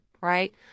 right